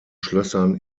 schlössern